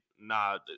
nah